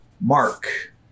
mark